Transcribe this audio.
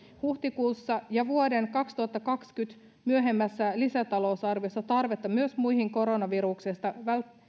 huhtikuussa ja arvioi vuoden kaksituhattakaksikymmentä myöhemmässä lisätalousarviossa tarvetta myös muihin koronaviruksesta